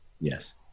yes